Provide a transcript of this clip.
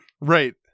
Right